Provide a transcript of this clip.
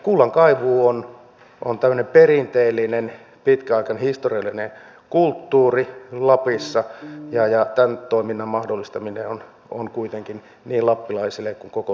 kullankaivuu on tämmöinen perinteellinen pitkäaikainen historiallinen kulttuuri lapissa ja tämän toiminnan mahdollistaminen on kuitenkin niin lappilaisille kuin koko suomellekin tärkeää